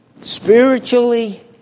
spiritually